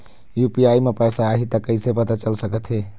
UPI म पैसा आही त कइसे पता चल सकत हे?